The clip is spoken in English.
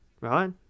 right